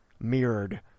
mirrored